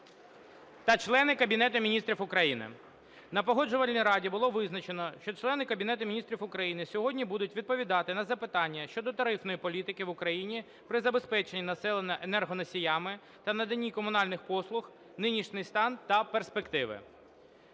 та члени Кабінету Міністрів України. На Погоджувальній раді було визначено, що члени Кабінету Міністрів України сьогодні будуть відповідати на запитання щодо тарифної політики в Україні при забезпеченні населення енергоносіями та наданні комунальних послуг: нинішній стан та перспективи.